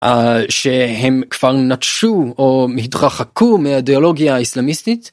שהם כבר נטשו או התרחקו מהאידיאולוגיה האיסלאמיסטית.